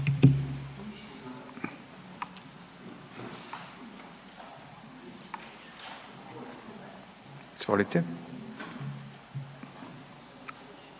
Izvolite.